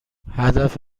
هدف